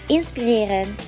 inspireren